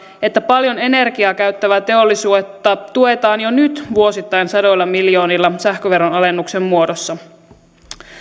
että paljon energiaa käyttävää teollisuutta tuetaan jo nyt vuosittain sadoilla miljoonilla sähköveron alennuksen muodossa